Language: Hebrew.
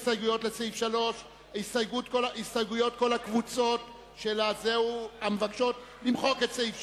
הסתייגויות לסעיף 3. הסתייגויות כל הקבוצות שמבקשות למחוק את סעיף 3: